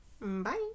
Bye